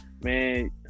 Man